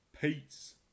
peace